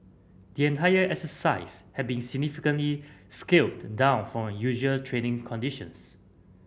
the entire exercise had been significantly scaled down for unusual training conditions